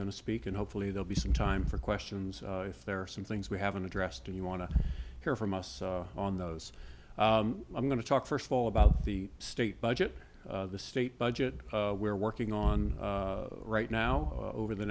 going to speak and hopefully they'll be some time for questions if there are some things we haven't addressed do you want to hear from us on those i'm going to talk first of all about the state budget the state budget we're working on right now over the